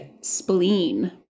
spleen